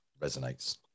resonates